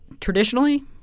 traditionally